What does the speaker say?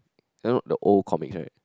you all know the old comics right